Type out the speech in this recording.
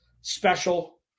special